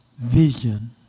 vision